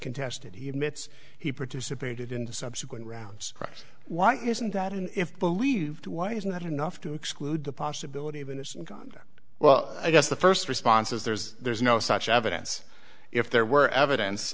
contested he admits he participated in the subsequent rounds question why isn't that and if believed why isn't that enough to exclude the possibility of innocent conduct well i guess the first response is there's there's no such evidence if there were evidence